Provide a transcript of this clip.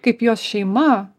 kaip jos šeima